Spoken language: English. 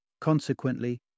Consequently